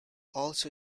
also